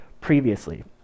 previously